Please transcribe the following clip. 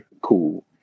cool